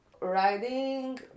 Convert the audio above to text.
Riding